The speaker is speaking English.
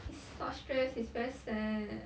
is not stress is very sad